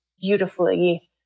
beautifully